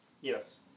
Yes